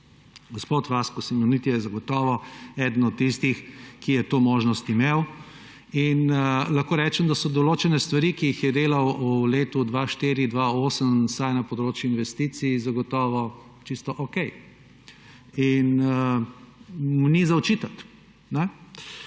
Gospod Vasko Simoniti je zagotovo eden od tistih, ki je to možnost imel, in lahko rečem, da so določene stvari, ki jih je delal v letu 2004–2008, vsaj na področju investicij, zagotovo čisto okej in mu ni za očitati.